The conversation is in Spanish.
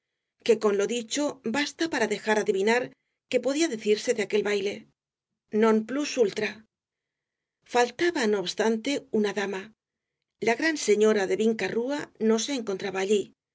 que con lo dicho basta para dejar adivinar que podía decirse de aquel baile non plus ultra faltaba no obstante una dama la gran señora de vinca rúa no se encontraba allí